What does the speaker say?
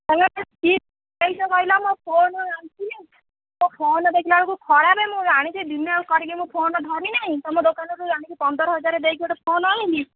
hello କି phone ଦେଇଛ କହିଲ ମୋ ଫୋନ୍ ଆଣିଥିଲି ମୋ ଫୋନ୍ ଦେଖିଲା ବେଳକୁ ଖରାପ ମୁଁ ଆଣିଛି ଦିନେ ଆଉ କହି କି ଫୋନ୍ ଧରିନି ତୁମ ଦୋକାନରୁ ଆଣିକି ପନ୍ଦର ହଜାର ଦେଇକି ଫୋନ୍ ଆଣିଲି